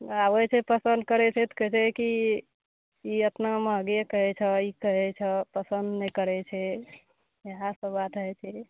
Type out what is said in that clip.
आबय छै पसन्द करय छै तऽ कहय छै की ई एतना मँहगे कहय छहऽ ई कहय छहऽ पसन्द नहि करय छै इएह सब बात है छै